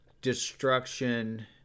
destruction